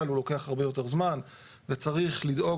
אבל הוא לוקח הרבה יותר זמן וצריך לדאוג